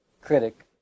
critic